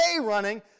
running